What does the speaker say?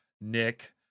Nick